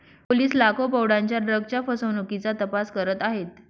police लाखो पौंडांच्या ड्रग्जच्या फसवणुकीचा तपास करत आहेत